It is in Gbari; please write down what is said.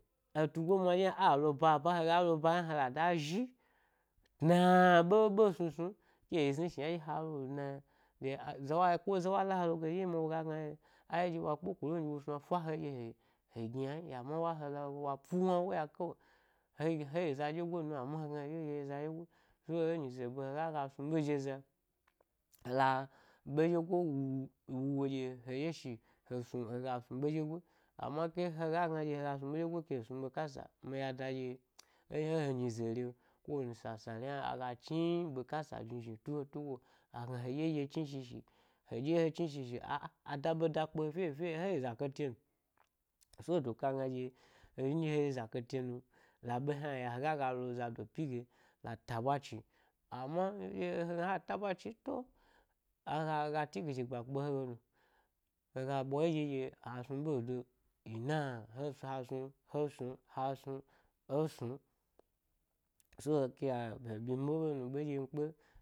He tugomwa ɗye hna a lo babam hega lo ba hna hela da zhi, tna ɓeɓe snu snu ke yi zni shna ha lo le dna yna ɗye a, zawa ko za wa la he loge ɗye ma woga gna he, ai ɗye wa kpoko lo nu wo snu a fa he ɗye wa he la loge wa pu wna ewo oya kewe, he ɗye, he yi za ɗye goi nu mamma hegna heɗye ɗye he yi za ɗye goi so e nyize ɓe hega ga snu’ ɓe de zayi, la, ɓeɗye goi wu, wu, wuwo ɗye, hedye shi he snu hega snu ɓe ɗye goi, amma ke hega gna ɗye hega snu ɓeɗye goi ke he snu ɓe kasa mi yadda ɗye e he, he nyize re’o ko wani sasale agachni-bekasa jnijnitu he tugo, agna he ɗye he chni shi shi, he ɗye he chni shi shi, â â, a da’ ɓeda kpe he fyô fyô fyô-heyi zakato nu. So doka gna ɗye, e nɗye he yi za kate nu la ɓe hna ya, hega ga lo zado pyi ge lata’ ɓwa chi amma nɗye hegna ha taɓwa chnin, to, aga, aga ti-gidigba kpe he ge no, hega ɓwa yeɗye ɗye a snue ɓedo, ina-he, hasnu, he snun, ha snu ẻ snun, so, ke, a, he ɓyimi ɓelo nu ɓeɗye mi kpe.